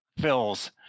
fills